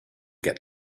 get